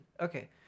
Okay